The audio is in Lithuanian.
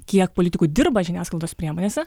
kiek politikų dirba žiniasklaidos priemonėse